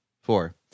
Four